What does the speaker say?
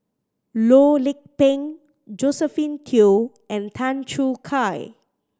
Loh Lik Peng Josephine Teo and Tan Choo Kai